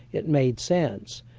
it made sense.